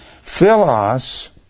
philos